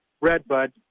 Redbud